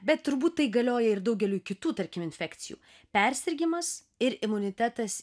bet turbūt tai galioja ir daugeliui kitų tarkim infekcijų persirgimas ir imunitetas